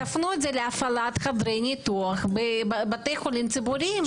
תפנו את זה להפעלת חדרי ניתוח בבתי חולים ציבוריים.